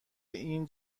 این